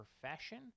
profession